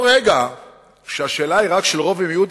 ברגע שהשאלה היא רק של רוב ומיעוט,